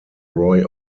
roy